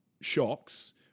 shocks